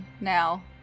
now